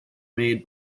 made